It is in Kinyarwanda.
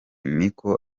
niko